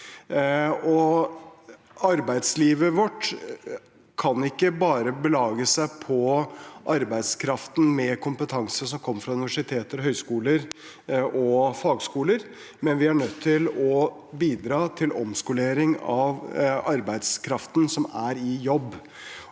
Arbeidslivet vårt kan ikke bare belage seg på arbeidskraften med kompetanse som kommer fra universiteter, høyskoler og fagskoler, vi er nødt til å bidra til omskolering av arbeidskraften som er i jobb.